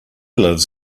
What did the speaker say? lives